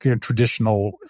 traditional